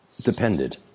depended